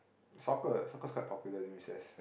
soccer soccer is quite popular during recess